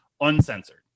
uncensored